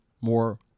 more